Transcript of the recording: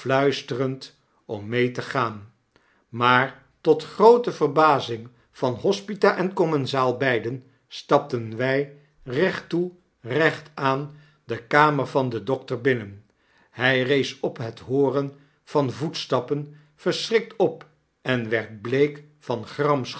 om mee te gaan maar tot groote verbazing van hospita en commensaal beiden stapten wij recht toe recht aan de kamer van den dokter binnen hij recs op het hooren van voetstappen verschrikt op en werd bleek van